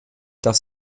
darf